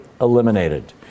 eliminated